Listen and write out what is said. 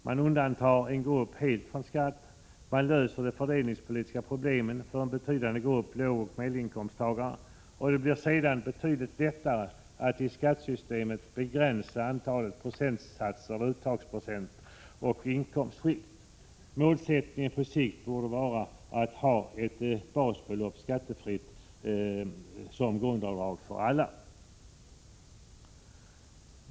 Man undantar en grupp helt från skatt, man löser de fördelningspolitiska problemen för en betydande grupp lågoch medelinkomsttagare, och det blir sedan betydligt lättare att i skattesystemet begränsa antalet procentsatser, uttagsprocent, och inkomstskikt. Målsättningen på sikt borde vara att ha ett basbelopp som skattefritt grundavdrag för alla.